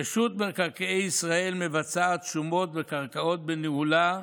רשות מקרקעי ישראל מבצעת שומות בקרקעות בניהולה,